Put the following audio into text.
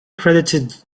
credited